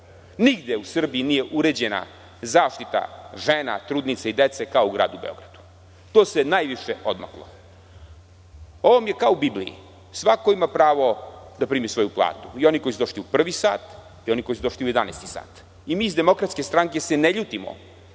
Nigde u Srbiji nije uređena zaštita žena, trudnica i dece kao u gradu Beogradu. Tu se najviše odmaklo. Ovo vam je kao u Bibliji, svako ima pravo da primi svoju platu, i oni koji su došli u prvi sat, a i oni koji su došli u jedanaestom satu. Mi iz DS se ne ljutimo